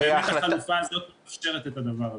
והחלופה הזאת מאפשרת את הדבר הזה.